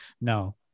no